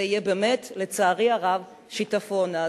זה יהיה באמת, לצערי הרב, שיטפון.